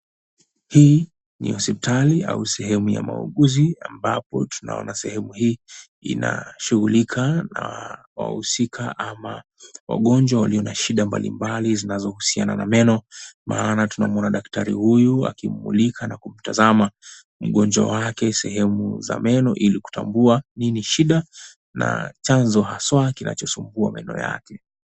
Hii ni hospitali au sehemu ya mahuguzi ambapo tunaona sehemu hii ina shughulika na wahusika ama wagonjwa walio na shida mbalimbali zinazohusiana na meno maana tunamwona daktari huyu akimulika na kutazama mgonjwa wake sehemu za meno Ili kutambua nini shida na chanzo haswa kinachosumbua meno yake.